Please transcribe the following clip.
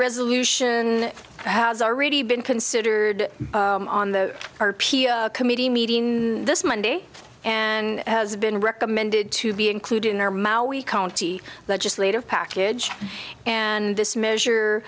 resolution has already been considered on the committee meeting this monday and has been recommended to be included in our maui county legislative package and this measure